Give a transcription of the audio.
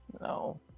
no